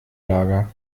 lager